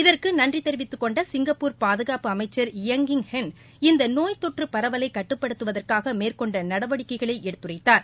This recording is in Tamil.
இதற்கு நன்றி தெரிவித்து கொண்ட சிங்கப்பூர் பாதுகாப்பு அமைச்சர் ளங்க் இங்க் ஹென் இந்த நோய் தொற்று பரவலை கட்டுப்படுத்துவதற்னக மேற்கொண்ட நடவடிக்கைகளை எடுத்துரைதார்